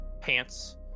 pants